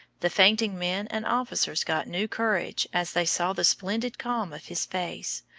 the fainting men and officers got new courage as they saw the splendid calm of his face,